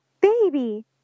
baby